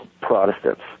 Protestants